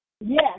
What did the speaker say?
Yes